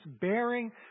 bearing